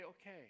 okay